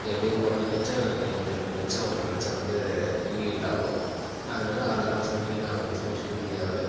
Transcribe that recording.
எப்படியும் குறஞ்சபட்சம் எனக்கு ரெண்டு லட்சம் ஒன்றரை லட்சம் வந்து ஈல்டாகும் அதனால அதெல்லாம் சொல்லி நான் வந்து சோஷியல் மீடியாவில்